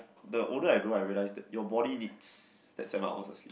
the older I grow I realise your body needs that seven hours of sleep